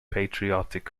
patriotic